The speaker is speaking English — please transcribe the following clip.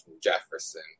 Jefferson